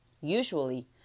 Usually